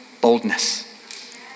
boldness